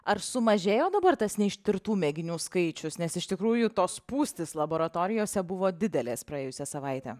ar sumažėjo dabar tas neištirtų mėginių skaičius nes iš tikrųjų tos spūstys laboratorijose buvo didelės praėjusią savaitę